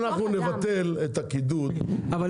אנחנו נבטל את הקידוד --- מיכל,